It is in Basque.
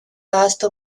ahaztu